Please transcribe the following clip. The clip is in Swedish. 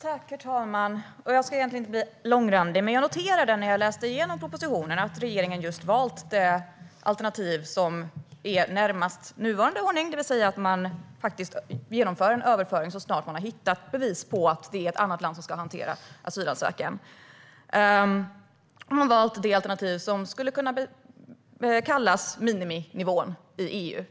Herr talman! Jag ska inte bli långrandig. Men jag noterade när jag läste igenom propositionen att regeringen valt det alternativ som ligger närmast nuvarande ordning, det vill säga att en överföring genomförs så snart det finns bevis på att det är ett annat land som ska hantera asylansökan. Man har valt det alternativ som skulle kunna kallas miniminivån i EU.